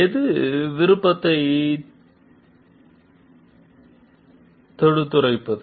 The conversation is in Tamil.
எது விருப்பத்தை தெடுத்துரைப்பது